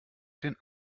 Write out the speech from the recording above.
den